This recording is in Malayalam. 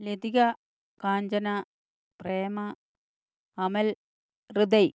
ലതിക കാഞ്ചന പ്രേമ അമൽ ഹൃദയ്